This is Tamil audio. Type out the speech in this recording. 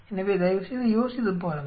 எனவே தயவுசெய்து யோசித்துப் பாருங்கள்